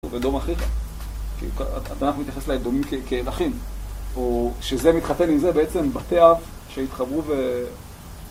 אנחנו נתייחס לאדומים כאל אחים, או שזה מתחתן עם זה בעצם בתי אב שהתחברו ו...